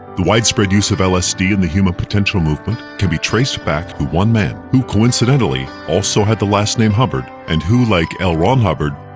the widespread use of lsd in the human potential movement can be traced back to one man, who coincidentally also had the last name hubbard, and who, like l. ron hubbard,